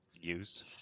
use